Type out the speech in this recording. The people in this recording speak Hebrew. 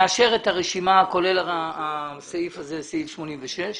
נאשר את הרשימה, כולל הסעיף הזה, סעיף 86,